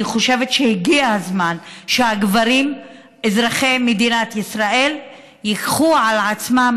אני חושבת שהגיע הזמן שהגברים אזרחי מדינת ישראל ייקחו על עצמם